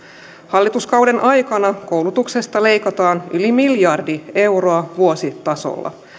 hallituskauden aikana koulutuksesta leikataan yli miljardi euroa vuositasolla